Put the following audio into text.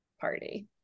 party